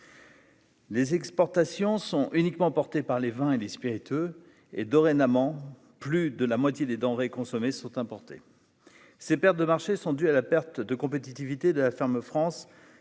Les exportations sont uniquement porté par les vins et les spiritueux et Doren amant plus de la moitié des denrées consommées sont importées, ces pertes de marché sont dues à la perte de compétitivité de la ferme France